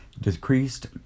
decreased